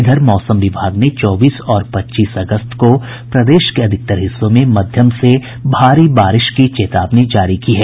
इधर मौसम विभाग ने चौबीस और पच्चीस अगस्त को प्रदेश के अधिकतर हिस्सों में मध्यम से भारी बारिश की चेतावनी जारी की है